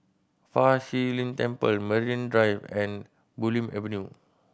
Fa Shi Lin Temple Marine Drive and Bulim Avenue